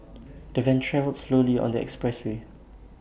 the van travelled slowly on the expressway